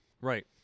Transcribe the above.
Right